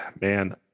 man